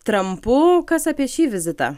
trampu kas apie šį vizitą